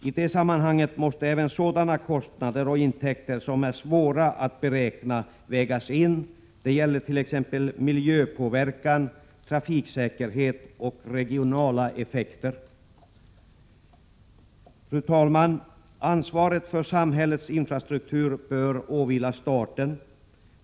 I det sammanhanget måste även sådana kostnader och intäkter som är svåra att beräkna vägas in, t.ex. för miljöpåverkan, trafiksäkerhet och regionala effekter. Fru talman! Ansvaret för samhällets infrastruktur bör åvila staten.